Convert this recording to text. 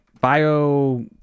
bio